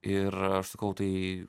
ir aš sakau tai